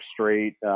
straight